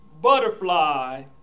butterfly